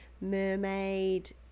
Mermaid